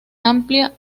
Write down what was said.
amplia